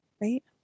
right